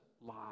lie